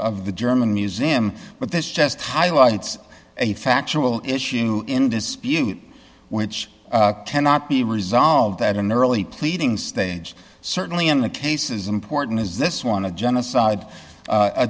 the german museum but this just highlights a factual issue in dispute which cannot be resolved at an early pleading stage certainly in the case is important is this one of genocide a